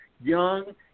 Young